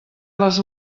les